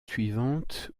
suivante